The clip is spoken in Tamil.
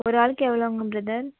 ஒரு ஆளுக்கு எவ்வளோங்க பிரதர்